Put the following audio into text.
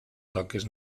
toques